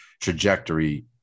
trajectory